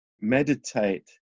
meditate